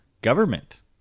government